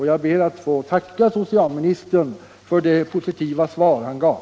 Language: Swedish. Jag ber att få tacka socialministern för det positiva svar han gav.